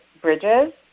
bridges